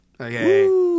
Okay